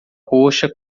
roxa